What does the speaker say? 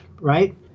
right